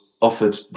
offered